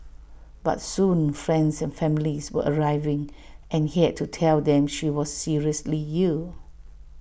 but soon friends and families were arriving and he had to tell them she was seriously ill